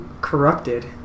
Corrupted